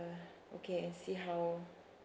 okay and see how